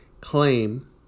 claim